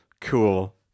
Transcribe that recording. cool